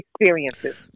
experiences